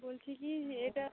বলছি কি যে এটা